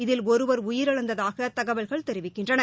இதில் ஒருவர் உயிரிழந்ததாக தகவல்கள் தெரிவிக்கின்றன